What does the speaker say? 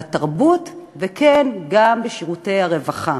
בתרבות, וכן בשירותי הרווחה.